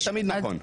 זה תמיד נכון.